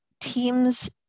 Teams